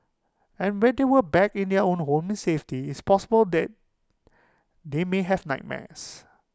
and when they were back in their own home in safety it's possible that they may have nightmares